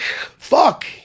fuck